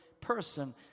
person